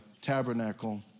Tabernacle